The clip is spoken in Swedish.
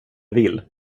vill